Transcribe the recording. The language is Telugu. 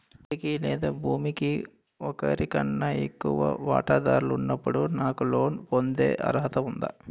మా ఇంటికి లేదా భూమికి ఒకరికన్నా ఎక్కువ వాటాదారులు ఉన్నప్పుడు నాకు లోన్ పొందే అర్హత ఉందా?